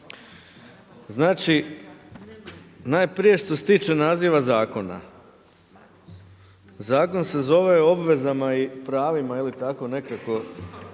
Znači najprije što se tiče naziva zakona. Zakon se zove o obvezama i pravima ili tako nekako